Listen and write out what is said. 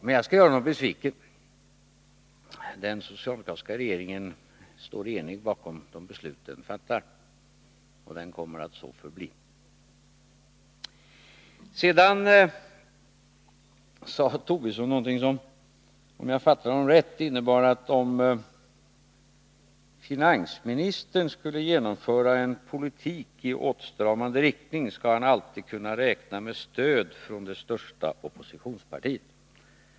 Men jag skall göra honom besviken: Den socialdemokratiska regeringen står enig bakom de beslut som den fattar, och den kommer att så förbli. Lars Tobisson sade någonting som — om jag fattade honom rätt — innebar att om finansministern skulle genomföra en politik i åtstramande riktning skulle han alltid kunna räkna med stöd från det största oppositionspartiet.